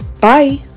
bye